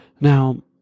Now